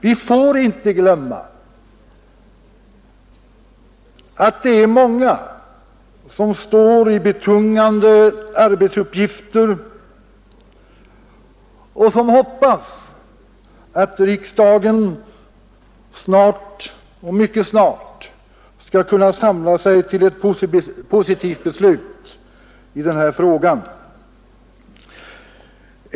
Vi får inte glömma att många människor som står i betungande arbete hoppas att riksdagen mycket snart skall kunna samla sig till ett positivt beslut i denna fråga. Fru talman!